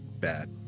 bad